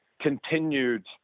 continued